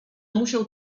musiał